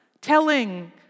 telling